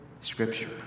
scripture